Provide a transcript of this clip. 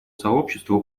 сообществу